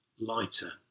lighter